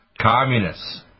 communists